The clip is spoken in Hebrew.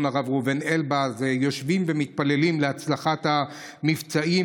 הרב ראובן אלבז יושבים ומתפללים להצלחת המבצעים,